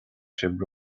sibh